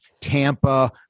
Tampa